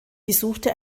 besuchte